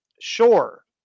Sure